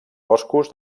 boscos